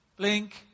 Blink